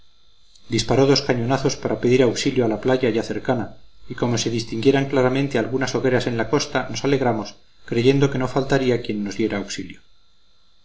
disparó dos cañonazos para pedir auxilio a la playa ya cercana y como se distinguieran claramente algunas hogueras en la costa nos alegramos creyendo que no faltaría quien nos diera auxilio